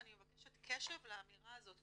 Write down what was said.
ואני מבקשת קשב לאמירה הזאת,